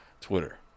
Twitter